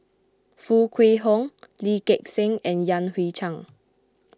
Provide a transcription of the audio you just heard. Foo Kwee Horng Lee Gek Seng and Yan Hui Chang